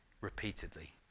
repeatedly